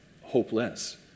hopeless